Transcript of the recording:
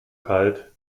kalt